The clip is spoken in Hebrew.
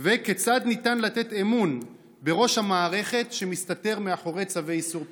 2. כיצד ניתן לתת אמון בראש מערכת שמסתתר מאחורי צווי איסור פרסום?